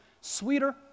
Sweeter